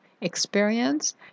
experience